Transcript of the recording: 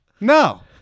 No